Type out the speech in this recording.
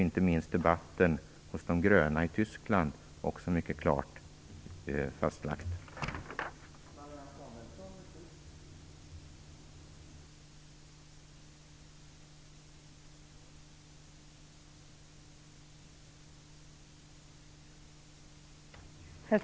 Även debatten hos De gröna i Tyskland har mycket klart fastlagt det.